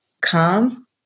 calm